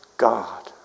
god